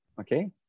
Okay